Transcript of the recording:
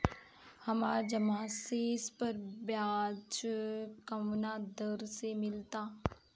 हमार जमा शेष पर ब्याज कवना दर से मिल ता?